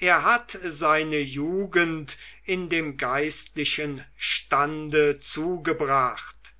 er hat seine jugend in dem geistlichen stande zugebracht